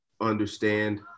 understand